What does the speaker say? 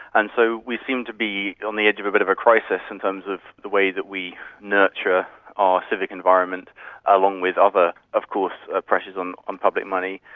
and so we seemed to be on the edge of a bit of a crisis in terms of the way that we nurture our civic environment along with other of course pressures on on public money.